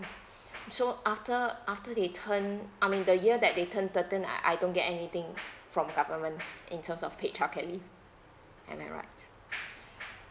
so after after they turned I mean the year that they turned thirteen I I don't get anything from the government in terms of paid childcare leave am I right